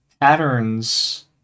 patterns